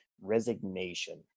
resignation